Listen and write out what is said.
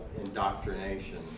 indoctrination